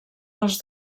pels